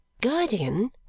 Guardian